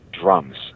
drums